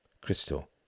Crystal